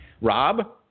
Rob